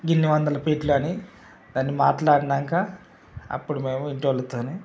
ఇన్ని వందల ఫీట్లు అని దాన్ని మాట్లాడినాక అప్పుడు మేము ఇంటి వాళ్ళతో